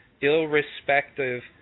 irrespective